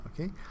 Okay